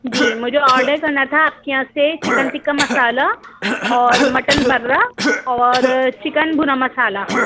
جی مجھے آرڈر کرنا تھا آپ کے یہاں سے چکن ٹکا مصالحہ اور مٹن برا اور چکن بھونا مصالحہ